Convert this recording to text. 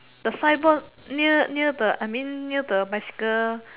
the signboard near near the I mean near the bicycle